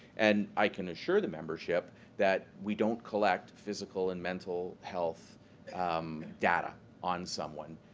and i can assure the membership that we don't collect physical and mental health um data on someone.